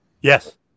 yes